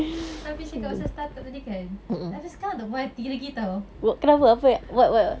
tapi cakap pasal start up tadi kan sampai sekarang tak puas hati lagi [tau]